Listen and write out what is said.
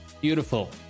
beautiful